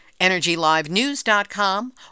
EnergyLiveNews.com